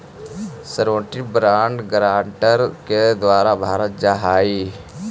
surety bond guarantor के द्वारा भरल जा हइ